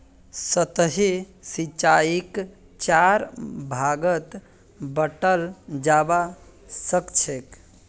सतही सिंचाईक चार भागत बंटाल जाबा सखछेक